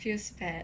feels bad